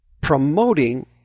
promoting